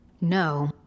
No